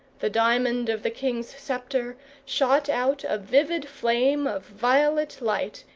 the diamond of the king's sceptre shot out a vivid flame of violet light,